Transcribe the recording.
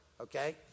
Okay